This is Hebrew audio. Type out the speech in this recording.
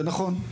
זה נכון,